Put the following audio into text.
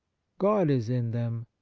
god is in them.